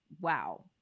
wow